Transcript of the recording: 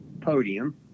podium